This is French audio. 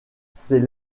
c’est